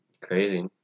Crazy